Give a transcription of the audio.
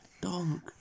Donk